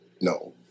No